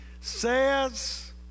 says